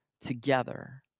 together